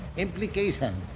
implications